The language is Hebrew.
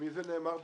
למי זה נאמר בחדר?